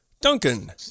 Duncan